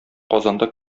казанда